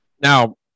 Now